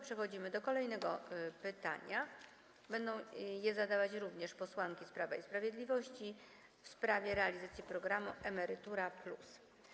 Przechodzimy do kolejnego pytania, będą je zadawać również posłanki z Prawa i Sprawiedliwości, w sprawie realizacji programu „Emerytura+”